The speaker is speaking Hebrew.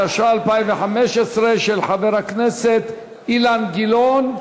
התשע"ה 2015, של חבר הכנסת אילן גילאון,